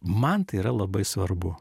man tai yra labai svarbu